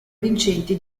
vincenti